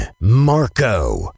Marco